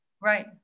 right